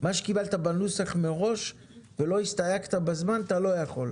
מה שקיבלת בנוסח מראש ולא הסתייגת בזמן - אתה לא יכול.